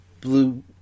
blue